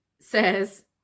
says